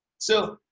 so,